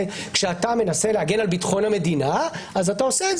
הרי כשאתה מנסה להגן על ביטחון המדינה אז אתה עושה את